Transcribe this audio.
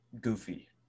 goofy